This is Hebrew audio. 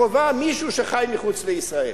מישהו שחי מחוץ לישראל.